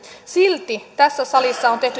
silti tässä salissa on tehty tänäänkin